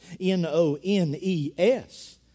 N-O-N-E-S